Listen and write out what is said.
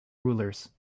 rulers